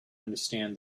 understand